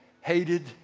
hated